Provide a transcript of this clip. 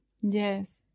Yes